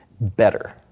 better